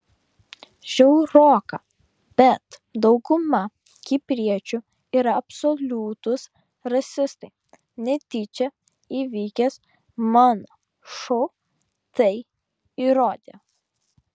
žiauroka bet dauguma kipriečių yra absoliutūs rasistai netyčia įvykęs mano šou tai įrodė